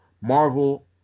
Marvel